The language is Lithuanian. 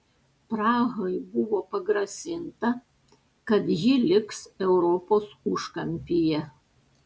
prahai buvo pagrasinta kad ji liks europos užkampyje